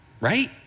right